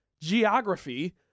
geography